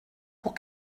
pour